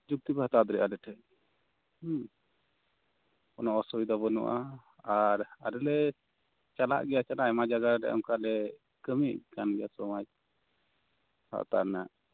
ᱡᱩᱠᱛᱤ ᱯᱮ ᱦᱟᱛᱟᱣ ᱫᱟᱲᱮᱭᱟᱜᱼᱟ ᱟᱞᱮ ᱴᱷᱮᱡ ᱦᱩᱸ ᱠᱳᱱᱳ ᱚᱥᱩᱵᱤᱫᱷᱟ ᱵᱟᱱᱩᱜᱼᱟ ᱟᱨ ᱟᱞᱮ ᱞᱮ ᱪᱟᱞᱟᱜ ᱜᱮᱭᱟ ᱟᱭᱢᱟ ᱡᱟᱭᱜᱟ ᱚᱱᱠᱟ ᱞᱮ ᱠᱟᱹᱱᱤᱭᱮᱫ ᱠᱟᱱ ᱜᱮᱭᱟ ᱥᱚᱢᱟᱡ ᱟᱣᱛᱟ ᱨᱮᱱᱟᱜ